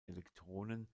elektronen